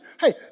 hey